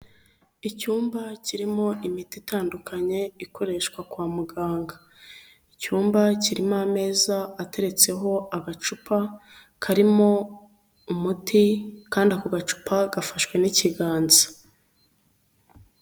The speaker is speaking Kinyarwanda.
Icyumba kirimo imiti itandukanye ikoreshwa kwa muganga, icyumba kirimo ameza ateretseho agacupa, karimo umuti kandi ako gacupa gafashwe n'ikiganza.